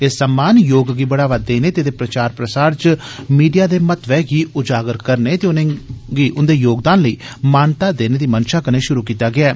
एह सम्मान योग गी बढ़ावा देने ते एहदे प्रचार प्रसार च मीडिया दे महत्वै गी उजागर करने ते उनेंगी उंदे योगदान लेई मानता देने दी मंशा कन्नै शुरू कीता गेआ ऐ